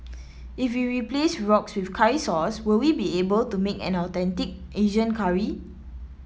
if we replace roux with curry sauce will we be able to make an authentic Asian curry